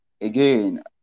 again